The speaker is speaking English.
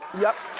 yup,